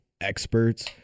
experts